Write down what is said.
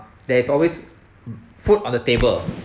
there is always food on the table